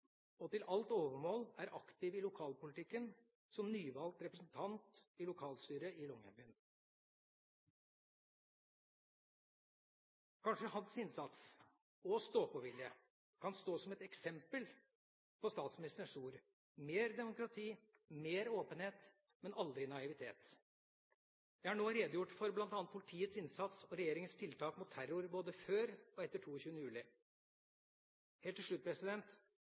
og til alt overmål er aktiv i lokalpolitikken, som nyvalgt representant i lokalstyret i Longyearbyen. Kanskje hans innsats og stå-på-vilje kan stå som et eksempel på statsministerens ord: «mer demokrati, mer åpenhet, men aldri naivitet.» Jeg har nå redegjort for bl.a. politiets innsats og regjeringas tiltak mot terror både før og etter 22. juli. Helt til slutt: